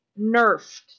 nerfed